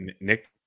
Nick